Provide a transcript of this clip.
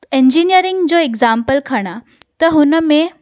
engineering जो example खणा त हुन में